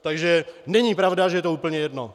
Takže není pravda, že je to úplně jedno.